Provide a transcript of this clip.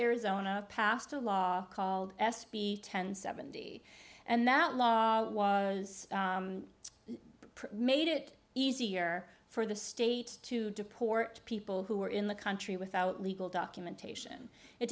arizona passed a law called s b ten seventy and that law made it easier for the state to deport people who were in the country without legal documentation it